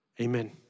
Amen